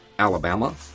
Alabama